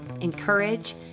encourage